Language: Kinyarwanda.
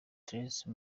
theresa